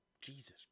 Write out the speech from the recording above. Jesus